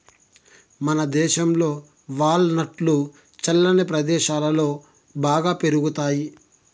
మనదేశంలో వాల్ నట్లు చల్లని ప్రదేశాలలో బాగా పెరుగుతాయి